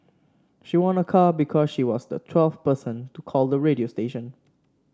she won a car because she was the twelfth person to call the radio station